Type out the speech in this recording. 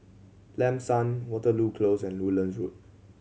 Lam San Waterloo Close and Woodlands Road